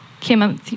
Kim